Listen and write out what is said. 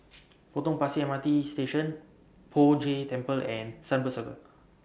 Potong Pasir M R T Station Poh Jay Temple and Sunbird Circle